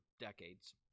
decades